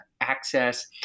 access